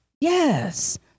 Yes